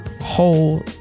whole